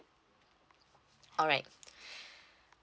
alright